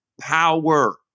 power